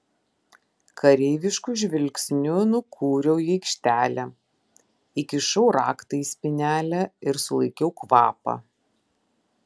kareivišku žingsniu nukūriau į aikštelę įkišau raktą į spynelę ir sulaikiau kvapą